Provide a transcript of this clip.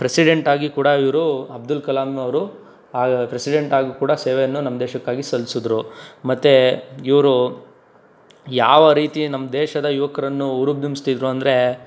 ಪ್ರೆಸಿಡೆಂಟಾಗಿ ಕೂಡ ಇವರು ಅಬ್ದುಲ್ ಕಲಾಂ ಅವರು ಪ್ರೆಸಿಡೆಂಟಾಗಿ ಕೂಡ ಸೇವೆಯನ್ನು ನಮ್ಮ ದೇಶಕ್ಕಾಗಿ ಸಲ್ಸಿದ್ರು ಮತ್ತು ಇವರು ಯಾವ ರೀತಿ ನಮ್ಮ ದೇಶದ ಯುವಕರನ್ನು ಹುರುದುಂಬ್ಸ್ತಿದ್ರು ಅಂದರೆ